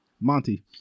Monty